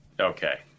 okay